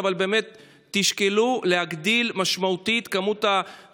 אבל באמת תשקלו להגדיל משמעותית את מספר